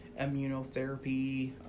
immunotherapy